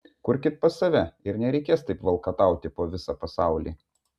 kurkit pas save ir nereikės taip valkatauti po visą pasaulį